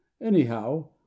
Anyhow